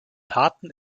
taten